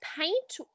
paint